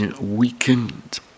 weakened